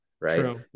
right